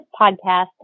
podcast